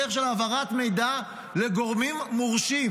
בדרך של העברת מידע לגורמים מורשים,